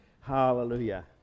hallelujah